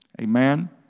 Amen